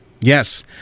yes